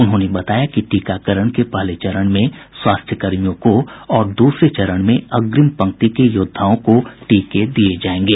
उन्होंने बताया कि टीकाकरण के पहले चरण में स्वास्थ्यकर्मियों को और दूसरे चरण में अग्रिम पंक्ति के योद्वाओं को टीके दिये जायेंगे